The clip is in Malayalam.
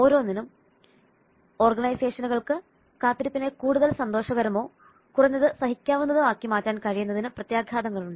ഓരോന്നിനും ഓർഗനൈസേഷനുകൾക്ക് കാത്തിരിപ്പിനെ കൂടുതൽ സന്തോഷകരമോ കുറഞ്ഞത് സഹിക്കാവുന്നതോ ആക്കി മാറ്റാൻ കഴിയുന്നതിന് പ്രത്യാഘാതങ്ങളുണ്ട്